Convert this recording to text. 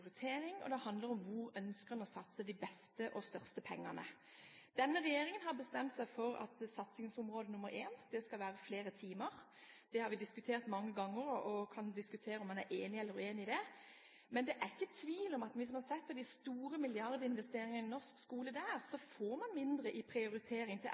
hvor man ønsker å satse de beste og største pengene. Denne regjeringen har bestemt seg for at satsingsområde nr. én skal være flere timer. Dette har vi diskutert mange ganger. Man kan diskutere om man er enig eller uenig i dette, men det er ikke tvil om at hvis man gjør de store milliardinvesteringene i norsk skole der, får man mindre til prioritering av etter- og videreutdanning. Man får mindre penger til